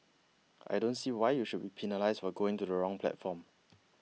I don't see why you should be penalised for going to the wrong platform